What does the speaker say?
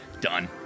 Done